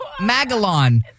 Magalon